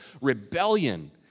Rebellion